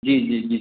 जी जी जी